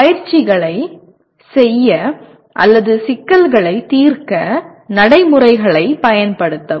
பயிற்சிகளைச் செய்ய அல்லது சிக்கல்களைத் தீர்க்க நடைமுறைகளைப் பயன்படுத்தவும்